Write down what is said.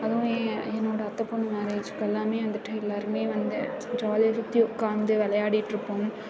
அதுவும் என் என்னோட அத்தை பொண்ணு மேரேஜுக்கெல்லாம் வந்துட்டு எல்லோருமே வந்து ஜாலியாக சுற்றி உட்கார்ந்து விளையாடிட்டுருப்போம்